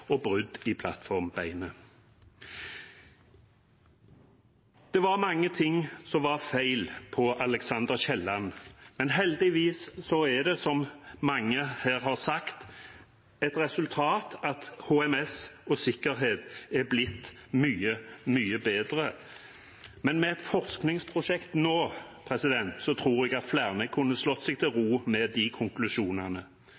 og brudd i plattformbeinet. Det var mange ting som var feil på Alexander L. Kielland, men heldigvis har det – som mange her har sagt – gitt som resultat at HMS og sikkerhet er blitt mye, mye bedre. Med et forskningsprosjekt nå tror jeg at flere kunne ha slått seg til